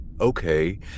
okay